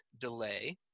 delay